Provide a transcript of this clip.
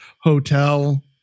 hotel